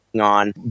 on